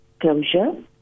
closure